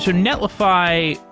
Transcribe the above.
so netlify,